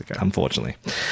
unfortunately